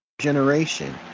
generation